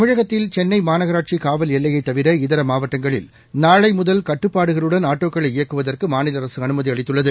தமிழகத்தில் சென்னை மாநகராட்சி காவல் எல்லையைத் தவிர இதர மாவட்டங்களில் நாளை முதல் கட்டுப்பாடுகளுடன் ஆட்டோக்களை இயக்குவதற்கு மாநில அரசு அனுமதி அளித்துள்ளது